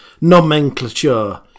nomenclature